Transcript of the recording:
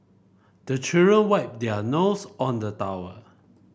the children wipe their nose on the towel